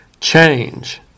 change